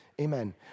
amen